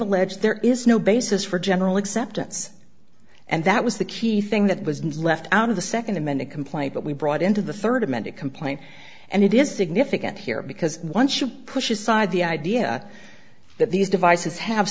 alleged there is no basis for general acceptance and that was the key thing that was left out of the second amendment complaint that we brought into the third amended complaint and it is significant here because one should push aside the idea that these devices have